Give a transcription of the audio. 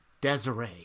desiree